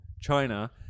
China